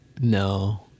No